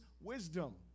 wisdom